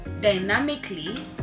dynamically